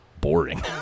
boring